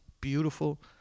beautiful